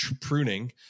pruning